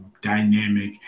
dynamic